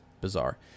bizarre